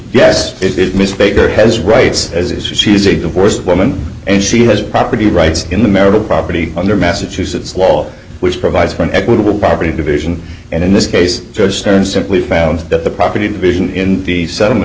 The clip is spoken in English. yes it miss baker has rights as she's a divorced woman and she has property rights in the marital property under massachusetts law which provides for an equitable property division and in this case judge karen simply found that the property division in the settlement